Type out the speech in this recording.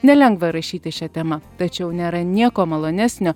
nelengva rašyti šia tema tačiau nėra nieko malonesnio